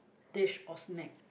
dish or snack